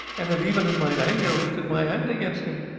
and have even in mine anger lifted my hand against him!